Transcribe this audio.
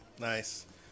Nice